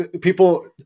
People